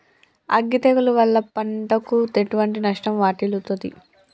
అగ్గి తెగులు వల్ల పంటకు ఎటువంటి నష్టం వాటిల్లుతది?